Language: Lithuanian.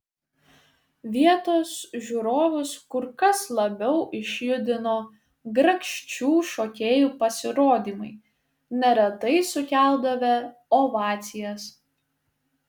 vietos žiūrovus kur kas labiau išjudino grakščių šokėjų pasirodymai neretai sukeldavę ovacijas